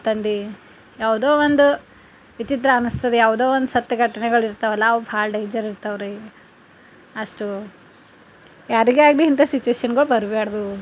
ಅಂತಂದು ಯಾವುದೋ ಒಂದು ವಿಚಿತ್ರ ಅನಿಸ್ತದೆ ಯಾವುದೋ ಒಂದು ಸತ್ಯ ಘಟನೆಗಳು ಇರ್ತಾವಲ್ಲ ಅವು ಭಾಳ ಡೇಂಜರ್ ಇರ್ತಾವ್ರಿ ಅಷ್ಟು ಯಾರಿಗೇ ಆಗಲಿ ಇಂಥ ಸಿಚುವೇಷನ್ಗಳು ಬರಬಾಡ್ದು